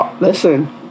Listen